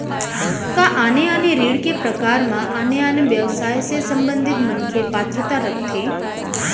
का आने आने ऋण के प्रकार म आने आने व्यवसाय से संबंधित मनखे पात्रता रखथे?